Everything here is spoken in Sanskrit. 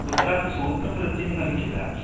कुत्रापि सूत्रवृत्तिः न लिखिता